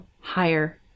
higher